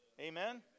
Amen